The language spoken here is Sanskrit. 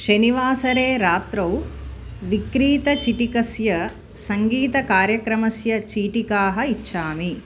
शनिवासरे रात्रौ विक्रीतचिटिकस्य सङ्गीतकार्यक्रमस्य चीटिकाः इच्छामि